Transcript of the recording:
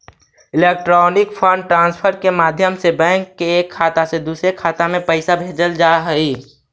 electronic fund transfer के माध्यम से बैंक के एक खाता से दूसर खाते में पैइसा भेजल जा हइ